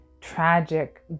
tragic